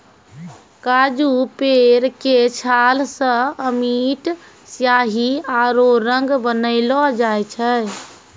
काजू पेड़ के छाल सॅ अमिट स्याही आरो रंग बनैलो जाय छै